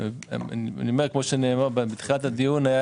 כפי שנאמר בתחילת הדיון,